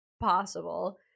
possible